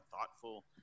thoughtful